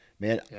Man